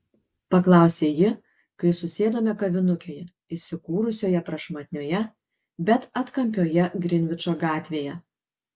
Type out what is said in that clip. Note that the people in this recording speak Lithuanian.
paklausė ji kai susėdome kavinukėje įsikūrusioje prašmatnioje bet atkampioje grinvičo gatvėje